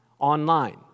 online